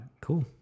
Cool